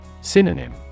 Synonym